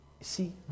see